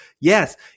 Yes